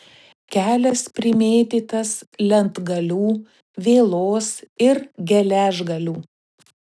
kelias primėtytas lentgalių vielos ir geležgalių